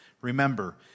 Remember